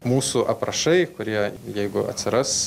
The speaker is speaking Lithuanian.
mūsų aprašai kurie jeigu atsiras